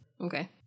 Okay